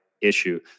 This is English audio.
issue